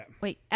Wait